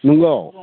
नंगौ